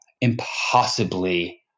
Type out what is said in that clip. impossibly